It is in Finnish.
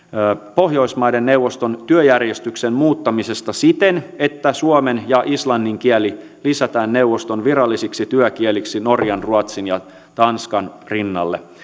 pohjoismaiden neuvoston työjärjestyksen muuttamisesta siten että suomen ja islannin kieli lisätään neuvoston virallisiksi työkieliksi norjan ruotsin ja tanskan rinnalle